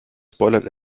spoilert